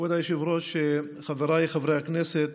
כבוד היושב-ראש, חבריי חברי הכנסת.